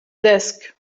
desk